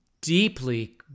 deeply